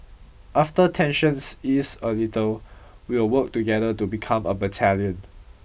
after tensions ease a little we'll work together to become a battalion